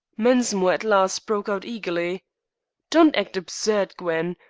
mensmore at last broke out eagerly don't act absurdly, gwen.